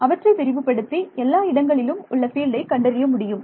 அவற்றை விரிவுபடுத்தி எல்லா இடங்களிலும் உள்ள ஃபீல்டை கண்டறியும் முடியும்